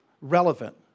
relevant